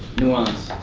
new orleans.